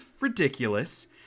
ridiculous